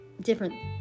different